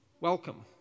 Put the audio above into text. welcome